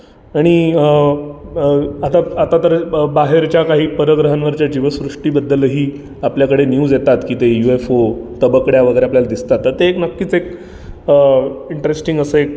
आणि आता आता तर बाहेरच्या काही परग्रहांवरच्या जीवसृष्टीबद्दलही आपल्याकडे न्यूज येतात की ते यू एफ ओ तबकड्या वगैरे आपल्याला दिसतात त ते एक नक्कीच एक इन्टरेस्टिंग असं एक